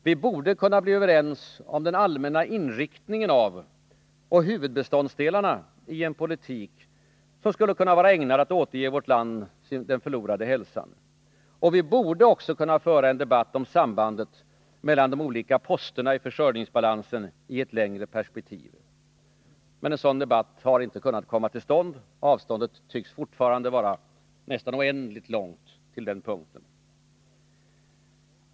Vi borde kunna bli överens om den allmänna inriktningen av och huvudbeståndsdelarna i en politik som skulle vara ägnad att återge vårt land dess förlorade hälsa. Vi borde också kunna föra en debatt om sambandet mellan de olika posterna i försörjningsbalansen i ett längre perspektiv. En sådan debatt har inte kunnat komma till stånd. Avståndet dit tycks fortfarande vara nästan oändligt långt.